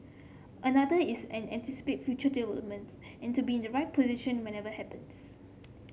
another is an anticipate future developments and to be in the right position whenever happens